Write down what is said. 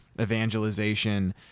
evangelization